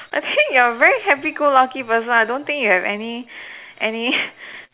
I think you're very happy go lucky person I don't think you have any any